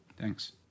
Thanks